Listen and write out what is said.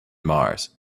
mars